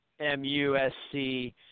MUSC